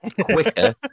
quicker